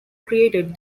created